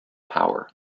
power